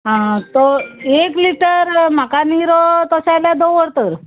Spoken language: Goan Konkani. आं तो एक लिटर म्हाका निरो तशें आसल्यार दवर तर